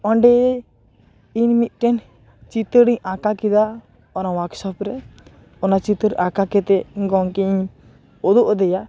ᱚᱸᱰᱮ ᱤᱧ ᱢᱤᱫᱴᱮᱱ ᱪᱤᱛᱟᱹᱨ ᱤᱧ ᱟᱸᱠᱟ ᱠᱮᱫᱟ ᱚᱱᱟ ᱳᱭᱟᱠᱥᱚᱯ ᱨᱮ ᱚᱱᱟ ᱪᱤᱛᱟᱹᱨ ᱟᱠᱟ ᱠᱟᱛᱮᱜ ᱜᱚᱢᱠᱮᱧ ᱩᱫᱩᱜ ᱟᱫᱮᱭᱟ